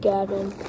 Gavin